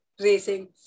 racing